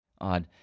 odd